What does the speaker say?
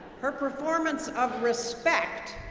her performance of respect,